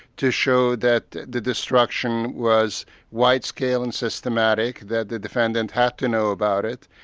to show that the destruction was wide-scale and systematic, that the defendant had to know about it,